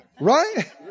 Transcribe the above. Right